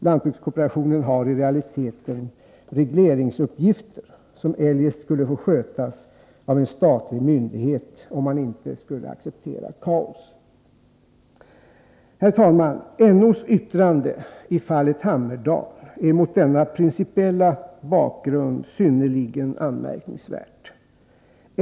Lantbrukskooperationen har i realiteten regleringsuppgifter, som eljest skulle få skötas av en statlig myndighet — om man inte vill acceptera kaos. Herr talman! NO:s yttrande i fallet Hammerdal är mot denna principiella bakgrund synnerligen anmärkningsvärt.